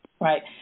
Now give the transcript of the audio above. Right